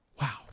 Wow